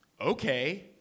okay